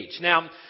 Now